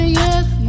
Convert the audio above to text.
yes